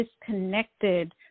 disconnected